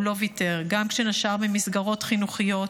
הוא לא ויתר גם כשנשר ממסגרות חינוכיות,